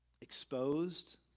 exposed